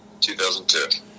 2002